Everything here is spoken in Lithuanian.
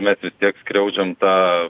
mes vis tiek skriaudžiam tą